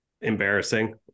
embarrassing